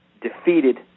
defeated